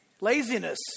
Laziness